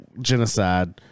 genocide